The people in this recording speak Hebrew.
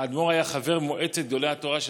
האדמו"ר היה חבר מועצת גדולי התורה של